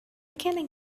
can